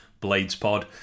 bladespod